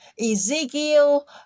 Ezekiel